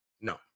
no